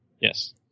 Yes